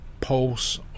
Pulse